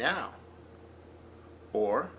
now or